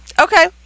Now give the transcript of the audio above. Okay